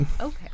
okay